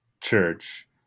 church